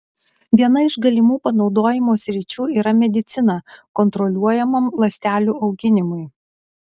viena iš galimų panaudojimo sričių yra medicina kontroliuojamam ląstelių auginimui